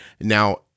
Now